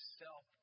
self